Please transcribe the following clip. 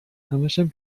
همشم